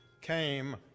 came